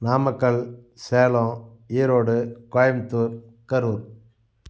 Namakkal Salem Erode Coimbatore Karur